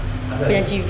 asal